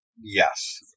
Yes